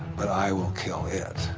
but i will kill it.